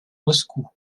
moscou